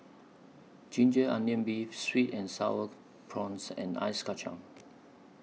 Ginger Onions Beef Sweet and Sour Prawns and Ice Kacang